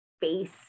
face